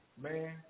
Man